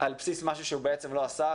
על בסיס משהו שהוא בעצם לא עשה,